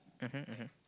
mmhmm mmhmm